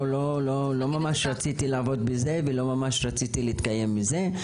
לא ממש רציתי לעבוד בזה ולא ממש רציתי להתקיים מזה.